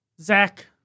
Zach